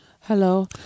hello